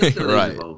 Right